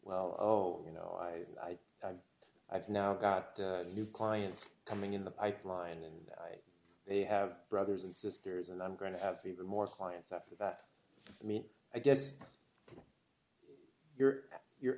well you know i i've now got a new clients coming in the pipeline and they have brothers and sisters and i'm going to have even more clients after that i mean i guess you're you're